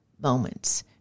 moments